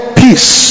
peace